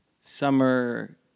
summer